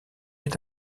est